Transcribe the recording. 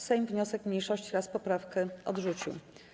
Sejm wniosek mniejszości oraz poprawkę odrzucił.